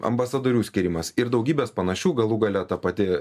ambasadorių skyrimas ir daugybės panašių galų gale ta pati